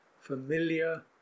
familiar